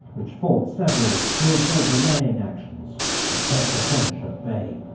which fought several, skilful delaying actions and kept the french at bay.